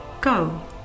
Go